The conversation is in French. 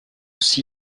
aussi